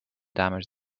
damaged